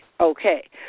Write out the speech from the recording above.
Okay